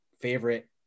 favorite